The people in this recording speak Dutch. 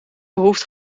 behoeft